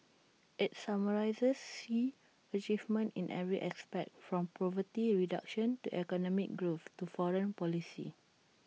IT summarises Xi's achievements in every aspect from poverty reduction to economic growth to foreign policy